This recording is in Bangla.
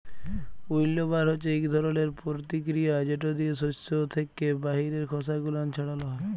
উইল্লবার হছে ইক ধরলের পরতিকিরিয়া যেট দিয়ে সস্য থ্যাকে বাহিরের খসা গুলান ছাড়ালো হয়